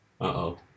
Uh-oh